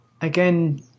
again